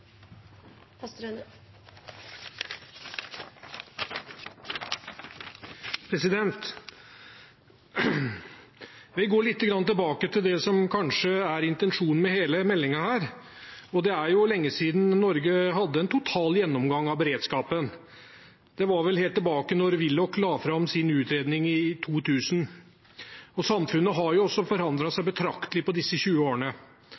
intensjonen med hele meldingen. Det er jo lenge siden Norge hadde en total gjennomgang av beredskapen – det var vel helt tilbake til da Willoch-utvalget la fram sin utredning i 2000. Samfunnet har også forandret seg betraktelig på disse 20 årene.